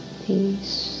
peace